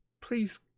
please